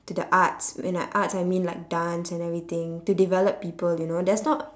to the arts and arts I mean like dance and everything to develop people you know there's not